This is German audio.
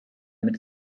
mit